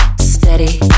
steady